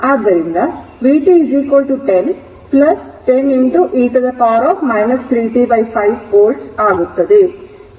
ಆದ್ದರಿಂದ vt 10 10 e to the power 3 t5 volt ಆಗಿರುತ್ತದೆ